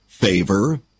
Favor